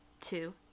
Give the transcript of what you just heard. two